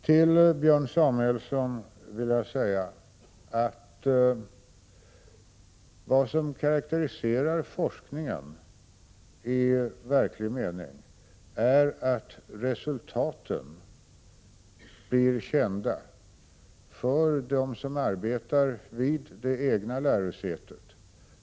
Till Björn Samuelson vill jag säga att vad som karakteriserar forskningen i verklig mening är att resultaten blir kända för dem som arbetar vid det egna lärosätet.